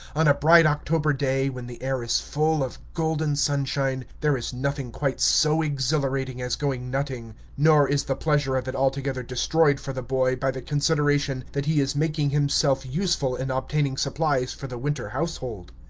on a bright october day, when the air is full of golden sunshine, there is nothing quite so exhilarating as going nutting. nor is the pleasure of it altogether destroyed for the boy by the consideration that he is making himself useful in obtaining supplies for the winter household.